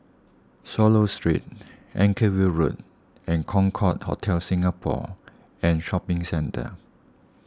Swallow Street Anchorvale Road and Concorde Hotel Singapore and Shopping Centre